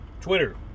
Twitter